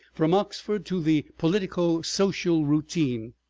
from oxford to the politico-social routine.